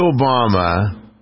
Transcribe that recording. Obama